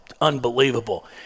unbelievable